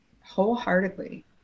wholeheartedly